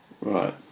Right